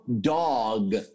dog